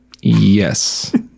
Yes